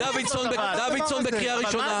דוידסון, קריאה ראשונה.